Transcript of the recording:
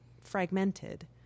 fragmented